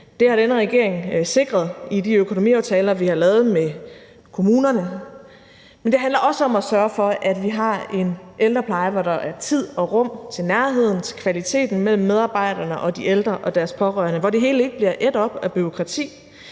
det har den her regering sikret i de økonomiaftaler, vi har lavet med kommunerne – men det handler også om at sørge for, at vi har en ældrepleje, hvor der er tid og rum til nærheden og kvaliteten mellem medarbejderne og de ældre og deres pårørende, hvor det hele ikke bliver ædt op af bureaukrati,